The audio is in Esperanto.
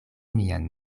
mian